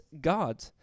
God